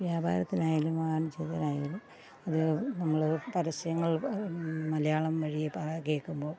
വ്യാപാരത്തിനായാലും വാണിജ്യത്തിനായാലും അത് നമ്മൾ പരസ്യങ്ങള് മലയാളം വഴിയെ കേൾക്കുമ്പോൾ